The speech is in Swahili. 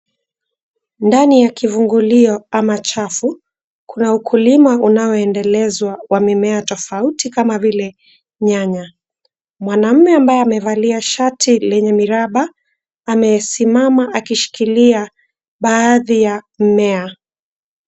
Ndani ya kivungulio ama chafu, kuna ukulima unaoendelezwa wa mimea tofauti kama vile nyanya. Mwanamume ambaye amevalia shati lenye miraba, amesimama akishikilia baadhi ya mmea.